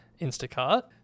Instacart